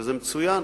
וזה מצוין.